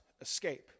escape